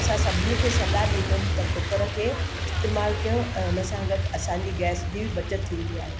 असां सभिनी खे सलाह ॾींदमि त कूकर खे इस्तेमालु कयो ऐं उन सां गॾु असांजी गैस जी बि बचति थींदी आहे